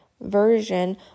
version